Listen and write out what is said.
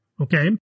okay